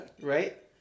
Right